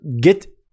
get